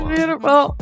Beautiful